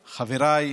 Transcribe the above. חבריי,